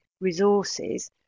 resources